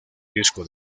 disco